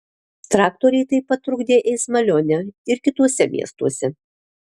traktoriai taip pat trukdė eismą lione ir kituose miestuose